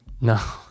No